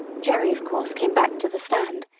jerry of course came back to the stand,